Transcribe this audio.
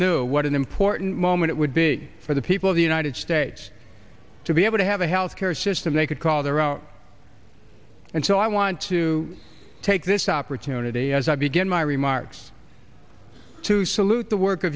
knew what an important moment it would be for the people of the united states to be able to have a health care system they could call their own and so i want to take this opportunity as i begin my remarks to salute the work